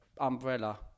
umbrella